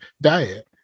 diet